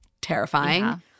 terrifying